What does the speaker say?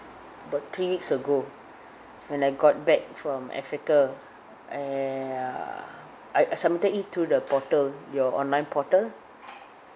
about three weeks ago when I got back from africa I ah I I submitted it to the portal your online portal